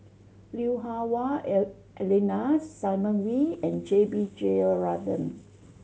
Lui Hah Wah Elena Simon Wee and J B Jeyaretnam